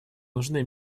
нужны